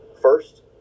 first